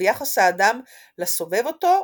ביחס האדם לסובב אותו,